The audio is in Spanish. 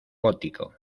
gótico